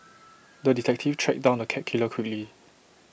the detective tracked down the cat killer quickly